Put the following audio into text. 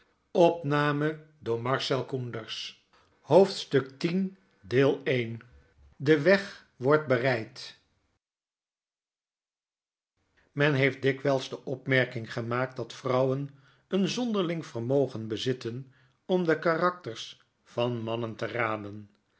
de weg wordt bereid men heeft dikwijls de opmerking gemaakt dat vrouwen een zonderling vqrmogen bezitten om de karakters van mannen te raden